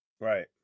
right